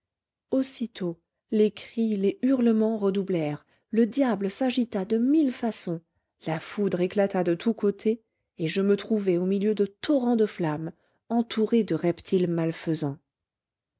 aussitôt les cris les hurlemens redoublèrent le diable s'agita de mille façons la foudre éclata de tous côtés et je me trouvai au milieu de torrens de flammes entouré de reptiles malfaisans